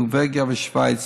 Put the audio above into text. נורבגיה ושווייץ.